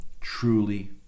truly